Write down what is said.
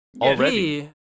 already